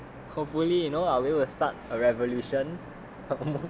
ya hopefully you know I will do start a revolution